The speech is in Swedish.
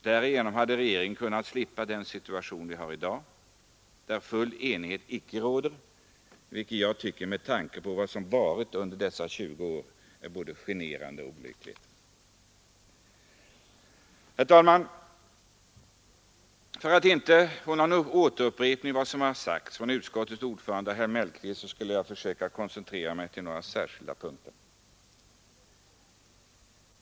Därigenom hade regeringen kunnat slippa den situation vi har i dag, då full enighet icke råder, vilket med tanke på vad som förevarit under dessa 20 år är både generande och olyckligt. Herr talman! För att inte upprepa vad utskottets ordförande herr Mellqvist redan sagt skall jag försöka koncentrera mig till några punkter.